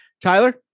Tyler